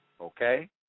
okay